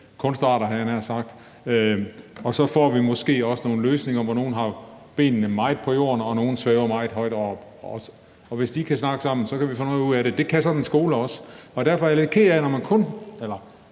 kunstarter, havde jeg nær sagt, og så får vi måske også nogle løsninger, hvor nogle har benene meget på jorden, mens nogle svæver meget højt oppe. Og hvis de kan snakke sammen, kan vi få noget ud af det. Det kan sådan en skole også, og derfor er jeg lidt ked af det, når man